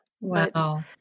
Wow